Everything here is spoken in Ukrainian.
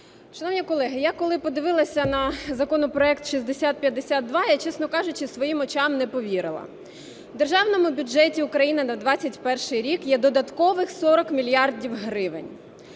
Шановні колеги, я, коли подивилася на законопроект 6052, я, чесно кажучи, своїм очам не повірила. В Державному бюджеті України на 21-й рік є додаткових 40 мільярдів гривень,